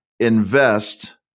invest